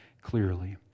clearly